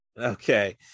okay